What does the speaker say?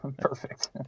Perfect